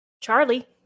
Charlie